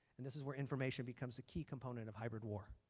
and this is where information becomes a key component of hybrid war